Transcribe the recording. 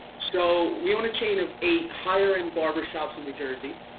so we own a chain of eight higher end barber shops in new jersey.